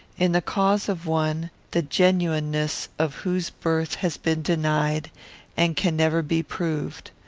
in the cause of one the genuineness of whose birth has been denied and can never be proved.